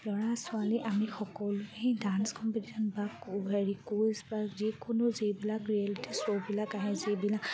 ল'ৰা ছোৱালী আমি সকলোৱেই ডান্স কম্পিটিশ্যন বা হেৰি কুইজ বা যিকোনো যিবিলাক ৰিয়েলিটি শ্ব'বিলাক আহে যিবিলাক